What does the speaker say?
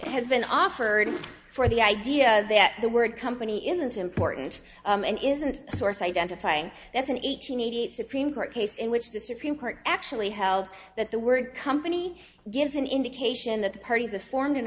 has been offered for the idea that the word company isn't important and isn't a source identifying that's an eight hundred eighty eight supreme court case in which the supreme court actually held that the word company gives an indication that the parties are formed an